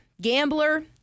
Gambler